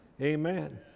Amen